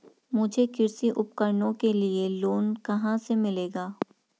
मुझे कृषि उपकरणों के लिए लोन कहाँ से मिलेगा?